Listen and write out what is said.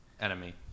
enemy